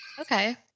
Okay